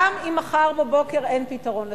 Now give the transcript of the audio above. גם אם מחר בבוקר אין פתרון לסכסוך,